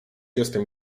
jestem